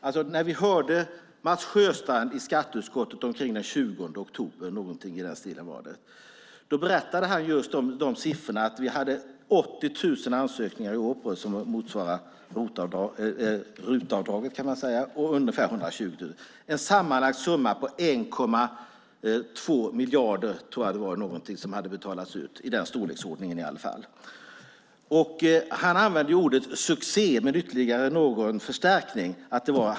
I oktober berättade Mats Sjöstrand för skatteutskottet att Skatteverket har betalat ut mer än 1,6 miljarder i skattereduktion för ROT och hushållsarbete. Han använde ordet succé med ytterligare någon förstärkning.